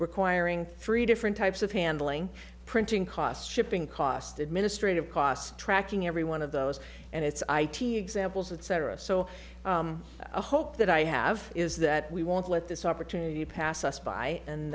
requiring three different types of handling printing costs shipping cost administrative cost tracking every one of those and it's i t examples that cetera so i hope that i have is that we won't let this opportunity pass us by and